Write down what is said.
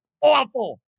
awful